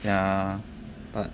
ya but